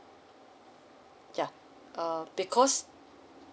ya uh because